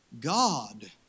God